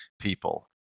people